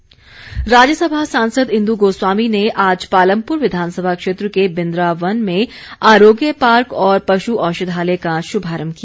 इंदू गोस्वामी राज्यसभा सांसद इंद् गोस्वामी ने आज पालमपुर विधानसभा क्षेत्र के बिन्द्रा वन में आरोग्य पार्क और पश् औषधालय का शुभारम्भ किया